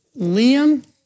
Liam